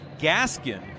Gaskin